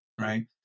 Right